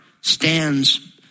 stands